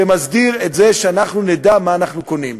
שמסדיר את זה שאנחנו נדע מה אנחנו קונים.